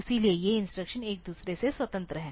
इसलिए ये इंस्ट्रक्शन एक दूसरे से स्वतंत्र हैं